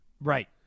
right